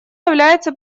является